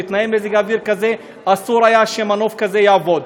בתנאי מזג-אוויר כאלה אסור היה שמנוף כזה יעבוד.